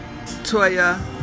Toya